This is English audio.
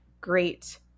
great